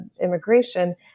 immigration